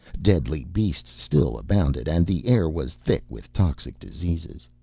deadly beasts still abounded, and the air was thick with toxic diseases.